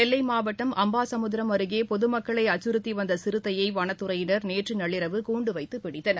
நெல்லைமாவட்டம் அம்பாசமுக்கிரம் அருகேபொதுமக்களைஅச்சுறுத்திவந்தசிறுத்தையவனத்துறையினர் நேற்றுநள்ளிரவு கூண்டுவைத்தபிடித்தனர்